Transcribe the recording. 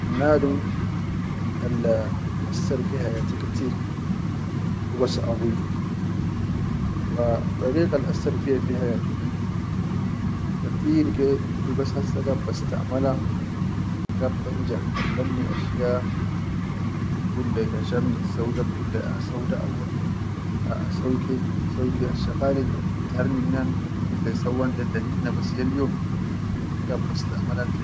Al nadum alla hassar fi hayati katir hubas abuyi, wa darigal hassa fi hayati di, katir hibas hassa bastaʼa mala wa gaid ban ja allamni ashsha bi gulleyi kan shafni sau da bigulleyi sau da auwal, aʼa sauke sauke, ashaga lil bi taharir nam a bigul leyin sawwan del da hinna bas lel yom yajid bastaʼa.